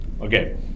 Okay